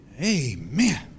Amen